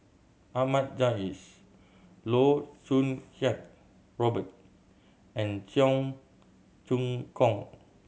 Ahmad Jais Loh Choo Kiat Robert and Cheong Choong Kong